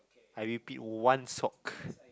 I repeat one sock